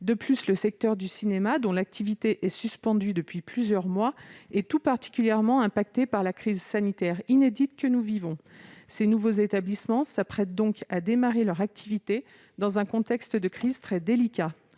concernées. Le secteur du cinéma, dont l'activité est suspendue depuis des mois, est tout particulièrement touché par la crise sanitaire inédite que nous traversons. Ces nouveaux établissements s'apprêtent donc à démarrer leur activité dans un contexte de crise très délicat.